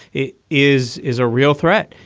it is is a real threat.